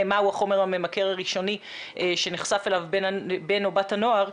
מהו החומר הממכר הראשוני שנחשף אליו בן או בת הנוער.